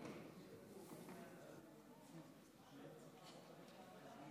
צו תעריף